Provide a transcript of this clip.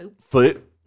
foot